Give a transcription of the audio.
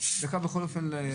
שקראת ב-2ט(א).